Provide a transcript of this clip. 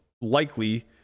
likely